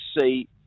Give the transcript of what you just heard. see